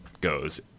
goes